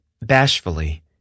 Bashfully